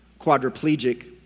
quadriplegic